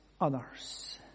others